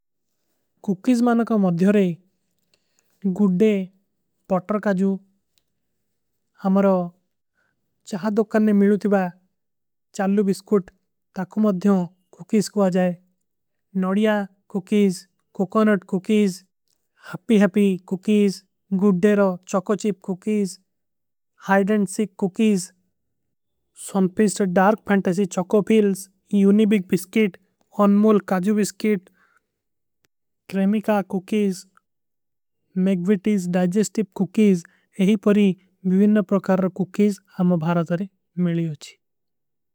କୁକୀଜ ମାନକା ମଧ୍ଯୋରେ, ଗୁଡ୍ଡେ, ପଟର କାଜୂ, ହମାରୋ ଚାଧୋକ। କରନେ ମିଲୂ ଥିବା ଚାଲ୍ଲୂ ବିସକୁଟ ତକୁ ମଧ୍ଯୋଂ କୁକୀଜ କୋ ଆଜାଏ। ନଡିଯା cookies, coconut cookies, happy happy cookies, ଗୁଡ୍ଡେରୋ। Choco chip cookies hide and seek cookies Sunfeast dark. Fantasy choco fills Unibic biscuit Anmol କାଜୁ। Biscuit Cremica cookies McVitie's digestive cookies. ଏହୀ ରୀ ବିଵୀନ ପ୍ରକାର କୁକୀଜ ହମ ଭାରତରେ ମିଲୀ ହୋଚୀ।